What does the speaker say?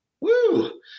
Woo